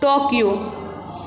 Tokyo